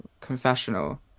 confessional